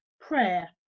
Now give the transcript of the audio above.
Prayer